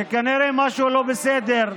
שכנראה משהו לא בסדר,